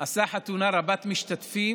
עשה חתונה רבת-משתתפים,